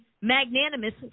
magnanimous